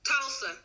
Tulsa